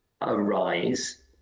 arise